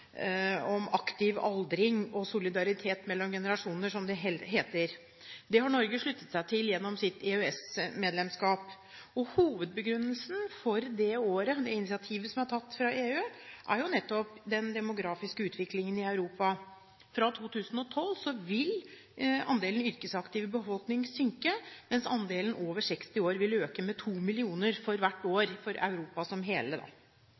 aldring og solidaritet mellom generasjoner», som det heter. Det har Norge sluttet seg til gjennom sitt EØS-medlemskap. Hovedbegrunnelsen for det året og det initiativet som er tatt fra EU, er nettopp den demografiske utviklingen i Europa. Fra 2012 vil andelen yrkesaktive i befolkningen synke, mens andelen over 60 år vil øke med 2 millioner for hvert år for Europa som